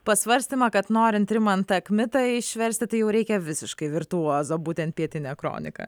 pasvarstymą kad norint rimantą kmitą išversti tai jau reikia visiškai virtuozo būtent pietinę kroniką